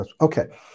Okay